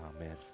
Amen